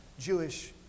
Jewish